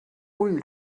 ull